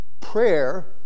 Prayer